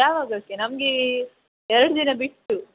ಯಾವಗಕ್ಕೆ ನಮ್ಗೆ ಈ ಎರಡು ದಿನ ಬಿಟ್ಟು